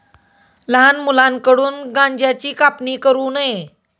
लहान मुलांकडून गांज्याची कापणी करू नये